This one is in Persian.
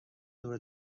دور